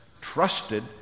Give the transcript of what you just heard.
trusted